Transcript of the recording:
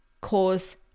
cause